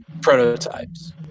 prototypes